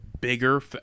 bigger